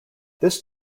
this